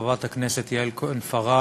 חברת הכנסת יעל כהן-פארן,